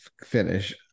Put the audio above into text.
finish